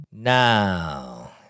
Now